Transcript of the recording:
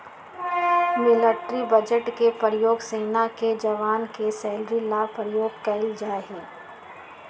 military budget के प्रयोग सेना के जवान के सैलरी ला प्रयोग कइल जाहई